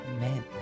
men